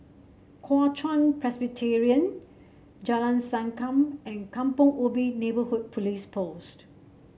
Kuo Chuan Presbyterian Jalan Sankam and Kampong Ubi Neighbourhood Police Post